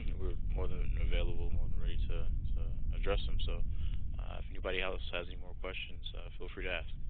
we're more than available, more than ready to address them. so if anybody else has any more questions, feel free to